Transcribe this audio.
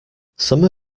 summer